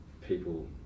people